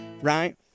Right